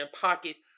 pockets